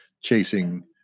chasing